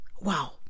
Wow